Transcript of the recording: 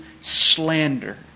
slander